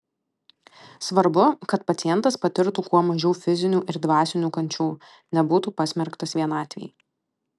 svarbu kad pacientas patirtų kuo mažiau fizinių ir dvasinių kančių nebūtų pasmerktas vienatvei